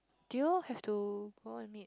do you all have to go and meet